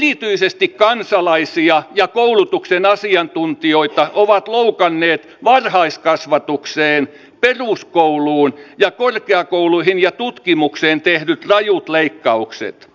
erityisesti kansalaisia ja koulutuksen asiantuntijoita ovat loukanneet varhaiskasvatukseen peruskouluun sekä korkeakouluihin ja tutkimukseen tehdyt rajut leikkaukset